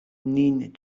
nin